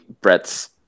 Brett's